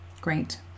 Great